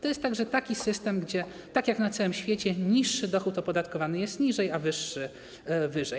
To jest również taki system, gdzie - tak jak na całym świecie - niższy dochód opodatkowany jest niżej, a wyższy - wyżej.